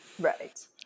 Right